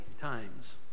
times